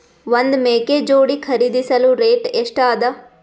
ಒಂದ್ ಮೇಕೆ ಜೋಡಿ ಖರಿದಿಸಲು ರೇಟ್ ಎಷ್ಟ ಅದ?